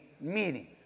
meeting